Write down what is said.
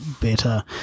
better